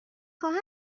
خواهم